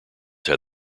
had